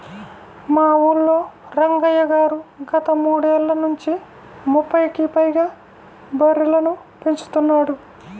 మా ఊల్లో రంగయ్య గారు గత మూడేళ్ళ నుంచి ముప్పైకి పైగా బర్రెలని పెంచుతున్నాడు